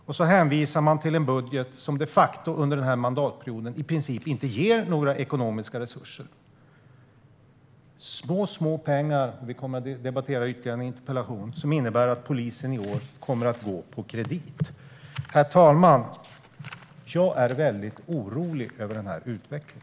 Man hänvisar till en budget som under denna mandatperiod i princip inte ger några ekonomiska resurser. Det är små, små pengar - vi kommer att debattera ytterligare en interpellation i dag - som innebär att polisen i år kommer att gå på kredit. Herr talman! Jag är mycket orolig över den utvecklingen.